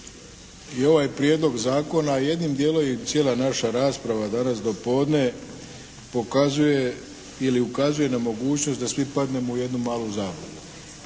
I ovaj prijedlog zakona i jednim dijelom cijela naša rasprava danas dopodne pokazuje ili ukazuje na mogućnost da svi padnemo u jednu malu zamku.